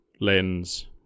Len's